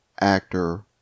actor